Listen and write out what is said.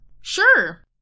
Sure